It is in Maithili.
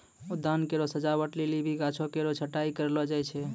उद्यान केरो सजावट लेलि भी गाछो केरो छटाई कयलो जाय छै